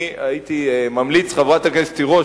אני הייתי ממליץ, חברת הכנסת תירוש,